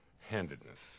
handedness